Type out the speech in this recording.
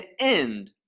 end